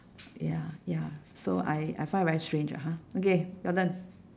ya ya so I I find very strange ah ha okay your turn